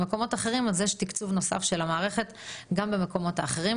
במקומות אחרים - יש תקצוב נוסף של המערכת גם במקומות האחרים.